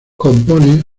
compone